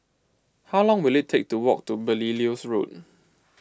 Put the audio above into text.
how long will it take to walk to Belilios Road